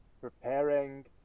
Preparing